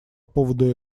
поводу